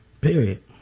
Period